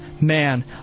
Man